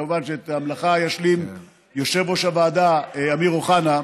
כמובן שאת המלאכה ישלים יושב-ראש הוועדה אמיר אוחנה,